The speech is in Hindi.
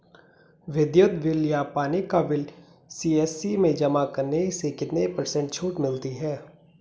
विद्युत बिल या पानी का बिल सी.एस.सी में जमा करने से कितने पर्सेंट छूट मिलती है?